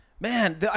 Man